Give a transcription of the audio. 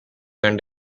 and